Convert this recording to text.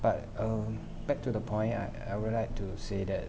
but uh back to the point I I would like to say that